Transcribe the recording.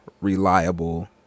reliable